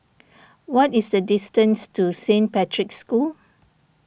what is the distance to Saint Patrick's School